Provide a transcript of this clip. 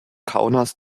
kaunas